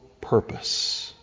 purpose